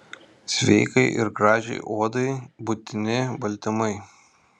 sveikai ir gražiai odai būtini baltymai